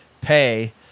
pay